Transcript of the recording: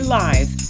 lives